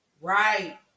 Right